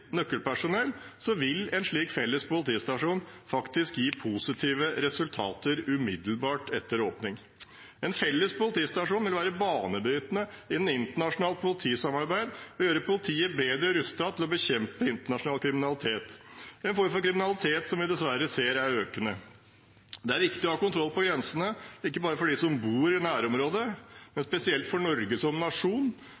nøkkelpersonell, vil en slik felles politistasjon gi positive resultater umiddelbart etter åpning. En felles politistasjon vil være banebrytende innen internasjonalt politisamarbeid og gjøre politiet bedre rustet til å bekjempe internasjonal kriminalitet, en form for kriminalitet som vi dessverre ser er økende. Det er viktig å ha kontroll på grensene, ikke bare for dem som bor i nærområdet,